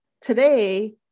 today